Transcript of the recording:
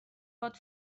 pot